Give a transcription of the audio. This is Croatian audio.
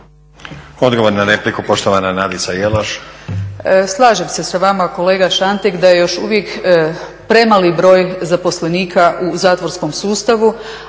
Odgovor na repliku, poštovana Nadica Jelaš. **Jelaš, Nadica (SDP)** Slažem se sa vama kolega Šantek da je još uvijek premali broj zaposlenika u zatvorskom sustavu